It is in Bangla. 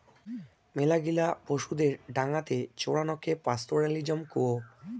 মেলাগিলা পশুদের ডাঙাতে চরানকে পাস্তোরেলিজম কুহ